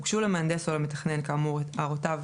הוגשו למהנדס או למתכנן כאמור את הערותיו